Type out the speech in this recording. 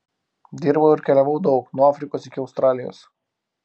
dirbau ir keliavau daug nuo afrikos iki australijos